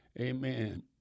Amen